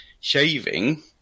Shaving